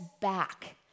back